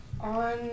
on